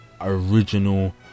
original